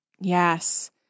Yes